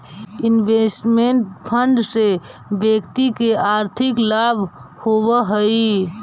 investment fund से व्यक्ति के आर्थिक लाभ होवऽ हई